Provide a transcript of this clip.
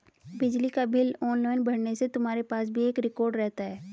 बिजली का bill online भरने से तुम्हारे पास भी एक रिकॉर्ड रहता है